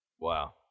Wow